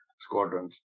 squadrons